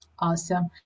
Awesome